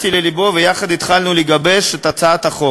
הבנתי ללבו, ויחד התחלנו לגבש את הצעת החוק.